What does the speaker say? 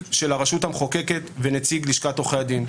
של הרשות המחוקקת ונציג של לשכת עורכי הדין.